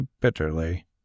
bitterly